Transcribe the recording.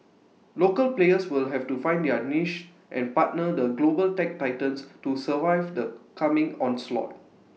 local players will have to find their niche and partner the global tech titans to survive the coming onslaught